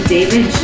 David